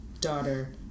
daughter